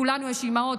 לכולנו יש אימהות,